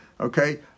okay